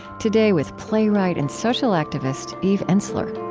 today with playwright and social activist eve ensler